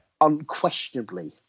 unquestionably